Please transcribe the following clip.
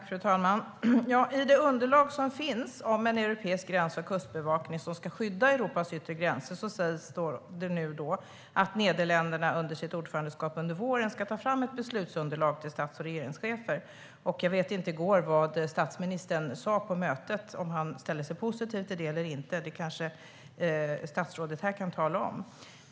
Fru talman! I det underlag som finns om en europeisk gräns och kustbevakning som ska skydda Europas yttre gränser sägs det att Nederländerna under sitt ordförandeskap under våren ska ta fram ett beslutsunderlag till stats och regeringscheferna. Jag vet inte vad statsministern sa på mötet i går, om han ställde sig positiv till detta eller inte. Det kanske statsrådet här kan tala om.